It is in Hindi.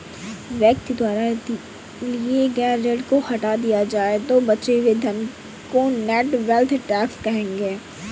व्यक्ति द्वारा लिए गए ऋण को हटा दिया जाए तो बचे हुए धन को नेट वेल्थ टैक्स कहेंगे